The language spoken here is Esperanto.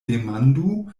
demandu